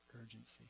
urgency